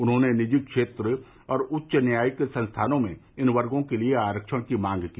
उन्होंने निजी क्षेत्र और उच्च न्यायिक संस्थानों में इन वर्गों के लिए आरक्षण की मांग की